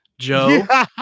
Joe